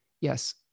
Yes